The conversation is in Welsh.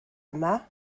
yma